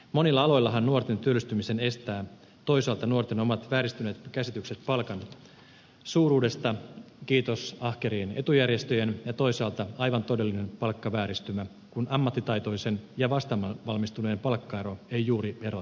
monilla aloillahan nuorten työllistymisen estävät toisaalta nuorten omat vääristyneet käsitykset palkan suuruudesta kiitos ahkerien etujärjestöjen ja toisaalta aivan todellinen palkkavääristymä kun ammattitaitoisen ja vastavalmistuneen palkat eivät juuri eroa toisistaan